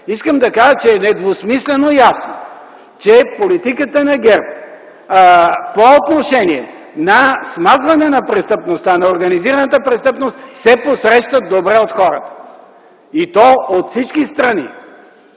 ще кажа, че недвусмислено е ясно, че политиката на ГЕРБ по отношение на смазване на организираната престъпност се посреща добре от хората. И то от всички страни!